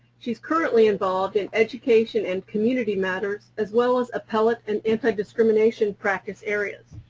she's currently involved in education and community matters, as well as appellate and antidiscrimination practice areas.